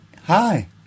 Hi